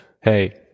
hey